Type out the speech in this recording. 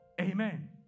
Amen